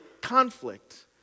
conflict